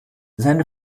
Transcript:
seine